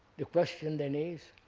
the question then is,